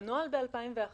בנוהל ב-2001